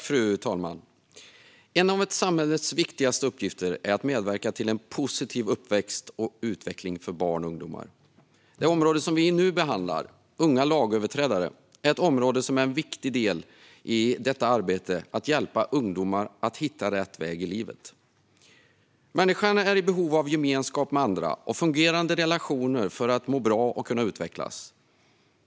Fru talman! En av samhällets viktigaste uppgifter är att medverka till en positiv uppväxt och utveckling för barn och ungdomar. Det område som vi nu behandlar, unga lagöverträdare, är ett område som är en viktig del av arbetet för att hjälpa ungdomar hitta rätt väg i livet. Människan är i behov av gemenskap med andra och fungerande relationer för att må bra och kunna utvecklas.